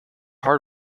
heart